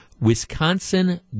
Wisconsin